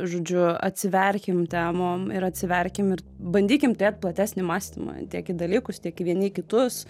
žodžiu atsiverkim temom ir atsiverkim ir bandykim turėt platesnį mąstymą tiek į dalykus tiek į vieni į kitus